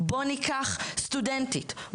בואו ניקח סטודנטית,